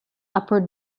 upper